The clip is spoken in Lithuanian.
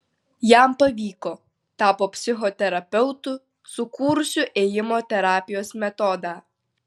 jam pavyko tapo psichoterapeutu sukūrusiu ėjimo terapijos metodą